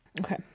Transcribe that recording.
Okay